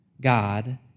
God